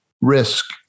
risk